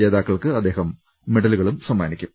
ജേതാക്കൾക്ക് അദ്ദേഹം മെഡലുകളും സമ്മാനിക്കും